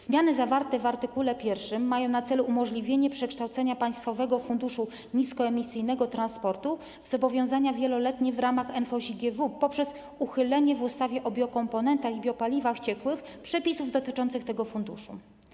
Zmiany zawarte w art. 1 mają na celu umożliwienie przekształcenia państwowego Funduszu Niskoemisyjnego Transportu w zobowiązanie wieloletnie w ramach NFOŚiGW poprzez uchylenie w ustawie o biokomponentach i biopaliwach ciekłych przepisów dotyczących tego funduszu.